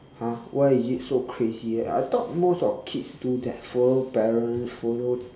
!huh! why is it so crazy I thought most of kids do that follow parents follow